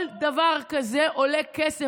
כל דבר כזה עולה כסף,